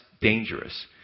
dangerous